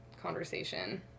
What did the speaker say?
conversation